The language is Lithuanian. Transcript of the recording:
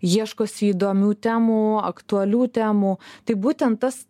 ieškosi įdomių temų aktualių temų tai būtent tas